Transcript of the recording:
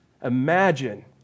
imagine